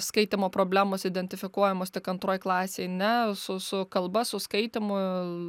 skaitymo problemos identifikuojamos tik antroj klasėj ne su su kalba su skaitymu